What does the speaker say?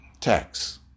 tax